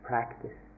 practice